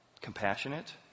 Compassionate